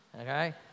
okay